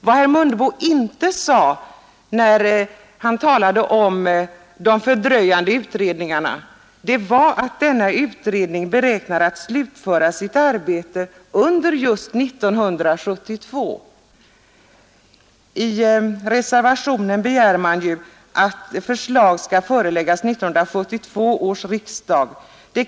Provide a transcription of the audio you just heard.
Vad herr Mundebo inte sade när han talade om de fördröjande utredningarna var att denna utredning beräknar att slutföra sitt arbete under 1972. I reservationen begärs att förslag skall föreläggas 1972 års riksdag.